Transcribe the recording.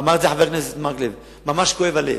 אמר את זה חבר הכנסת מקלב, ממש כואב הלב.